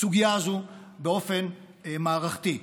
הסוגיה הזאת באופן מערכתי.